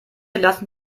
lassen